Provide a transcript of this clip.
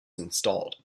installed